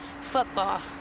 football